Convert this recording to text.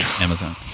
Amazon